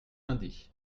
lundi